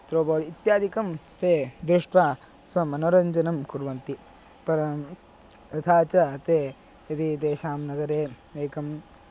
throwball इत्यादिकं ते दृष्ट्वा स्वमनोरञ्जनं कुर्वन्ति परं तथा च ते यदि तेषां नगरे एकं